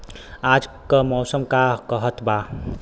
आज क मौसम का कहत बा?